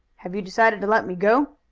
have you decided to let me go?